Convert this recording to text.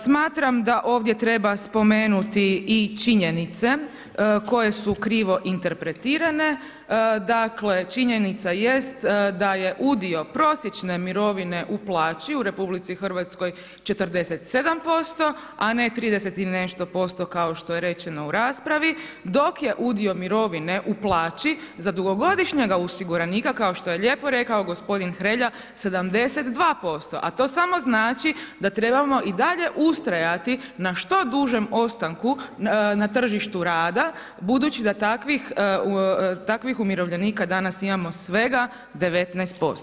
Smatram da ovdje treba spomenuti i činjenice koje su krivo interpretirane, dakle činjenica jest da je udio prosječne mirovine u plaći u RH 47% a ne 30 i nešto posto kao što je rečeno u raspravi dok je udio mirovine u plaći za dugogodišnjega osiguranika kao što je lijepo rekao gospodin Hrelja 72% a to samo znači da trebamo i dalje ustrajati na što dužem ostanku na tržištu rada budući da takvih umirovljenika da nas imamo svega 19%